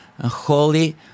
holy